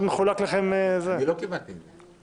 אני לא קיבלתי את זה.